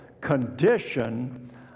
condition